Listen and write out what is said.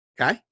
Okay